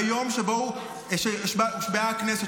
ביום שבו הושבעה הכנסת,